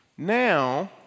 Now